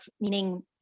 meaning